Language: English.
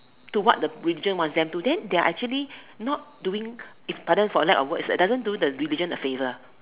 to what the religion wants them to then they are actually not doing pardon for a lack of words it doesn't do the religion a favour